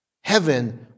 Heaven